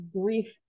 grief